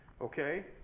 Okay